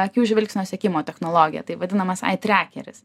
akių žvilgsnio sekimo technologija tai vadinamas ai trekeris